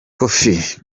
kofi